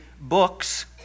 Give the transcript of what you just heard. books